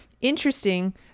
interesting